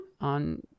on